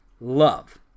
love